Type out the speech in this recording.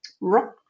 Rock